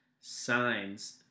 signs